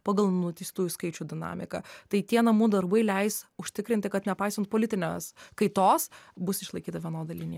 pagal nuteistųjų skaičių dinamiką tai tie namų darbai leis užtikrinti kad nepaisant politinės kaitos bus išlaikyta vienoda linija